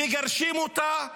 מגרשים אותה,